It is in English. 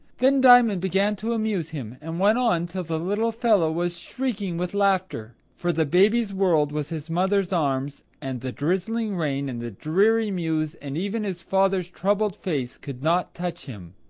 then diamond began to amuse him, and went on till the little fellow was shrieking with laughter. for the baby's world was his mother's arms and the drizzling rain, and the dreary mews, and even his father's troubled face could not touch him.